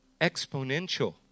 exponential